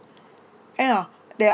you know they are